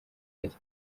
cyenda